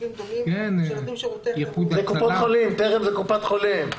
גופים גדולים שנותנים שירותי חירום רפואיים.